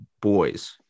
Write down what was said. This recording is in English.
boys